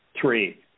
Three